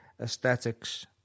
aesthetics